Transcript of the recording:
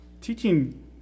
teaching